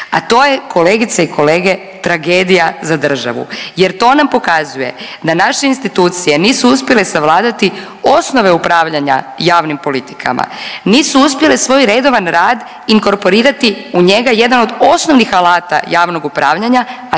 a to je, kolegice i kolege, tragedija za državu jer to nam pokazuje da naše institucije nisu uspjele savladati osnove upravljanja javnim politikama, nisu uspjele svoj redovan rad inkorporirati u njega, jedan od osnovnih alata javnog upravljanja,